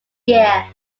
year